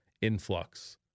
influx